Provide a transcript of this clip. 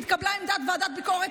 התקבלה עמדת ועדת הביקורת,